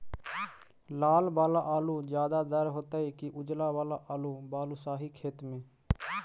लाल वाला आलू ज्यादा दर होतै कि उजला वाला आलू बालुसाही खेत में?